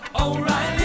O'Reilly